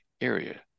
area